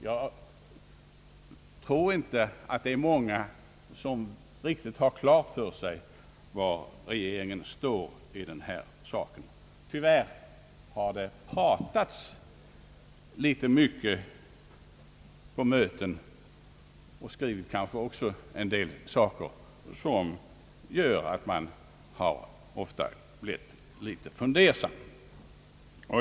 Jag tror inte att det är många som verkligen har klart för sig var regeringen står i detta avseende. Tyvärr har det pratats något för mycket på möten av olika slag och kanske också skrivits en del som gjort att man ofta blivit litet fundersam.